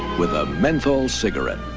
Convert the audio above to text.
with a menthol cigarette.